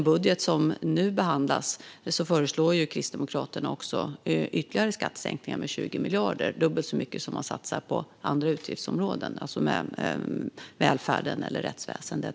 I den budget som nu behandlas föreslår Kristdemokraterna ytterligare skattesänkningar med 20 miljarder. Det är dubbelt så mycket som man satsar på andra områden, till exempel välfärd eller rättsväsen.